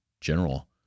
general